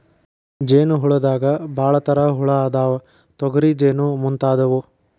ಜೇನ ಹುಳದಾಗ ಭಾಳ ತರಾ ಹುಳಾ ಅದಾವ, ತೊಗರಿ ಜೇನ ಮುಂತಾದವು